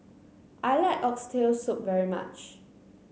I like Oxtail Soup very much